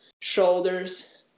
shoulders